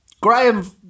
Graham